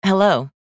Hello